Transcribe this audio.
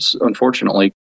Unfortunately